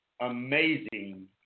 amazing